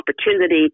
opportunity